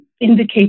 indicate